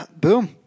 boom